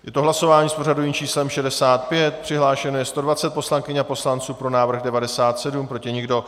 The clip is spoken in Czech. Je to hlasování s pořadovým číslem 65, přihlášeno je 120 poslankyň a poslanců, pro návrh 97, proti nikdo.